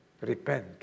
Repent